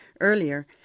earlier